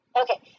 Okay